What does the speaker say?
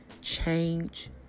change